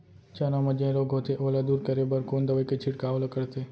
चना म जेन रोग होथे ओला दूर करे बर कोन दवई के छिड़काव ल करथे?